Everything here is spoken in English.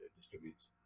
distributes